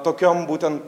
tokiom būtent